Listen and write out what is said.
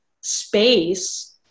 space